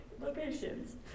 locations